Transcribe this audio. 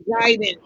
guidance